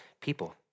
people